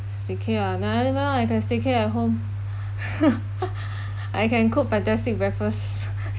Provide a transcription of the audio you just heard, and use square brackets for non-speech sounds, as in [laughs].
staycay ah ne~ never mind I can staycay at home [laughs] I can cook fantastic breakfast [laughs]